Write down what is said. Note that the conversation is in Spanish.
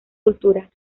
cultura